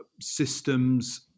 systems